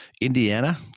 Indiana